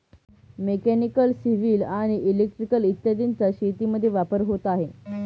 mechanical, civil आणि electrical इत्यादींचा शेतीमध्ये वापर होत आहे